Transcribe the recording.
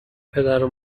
پدرو